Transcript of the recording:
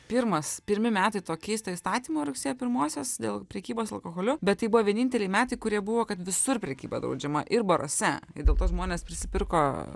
pirmas pirmi metai to keisto įstatymo rugsėjo pirmosios dėl prekybos alkoholiu bet tai buvo vieninteliai metai kurie buvo kad visur prekyba draudžiama ir baruose ir dėl to žmonės prisipirko